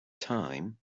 time